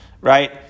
right